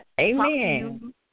Amen